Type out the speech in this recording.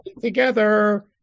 together